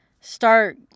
start